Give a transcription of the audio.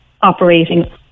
operating